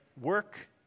work